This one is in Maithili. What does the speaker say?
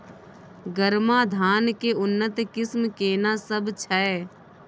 गरमा धान के उन्नत किस्म केना सब छै?